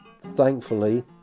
thankfully